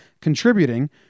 contributing